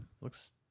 Looks